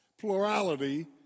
plurality